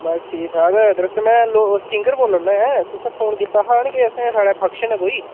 बस ठीक ठाक दरअसल में ल सिंगर बोल्ला ना तुसें फोन कीता हा नी कि असें साढ़े फंक्शन ऐ कोई